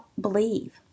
believe